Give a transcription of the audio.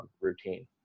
routine